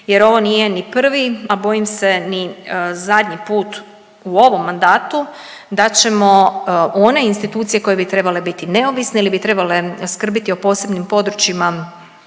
jer ovo nije ni prvi, a bojim se ni zadnji put u ovom mandatu da ćemo one institucije koje bi trebale biti neovisne ili bi trebale skrbiti o posebnim područjima